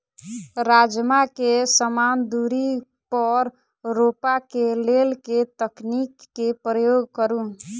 राजमा केँ समान दूरी पर रोपा केँ लेल केँ तकनीक केँ प्रयोग करू?